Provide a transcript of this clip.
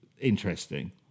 interesting